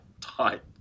tight